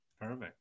Perfect